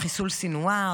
חיסול סנוואר,